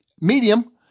medium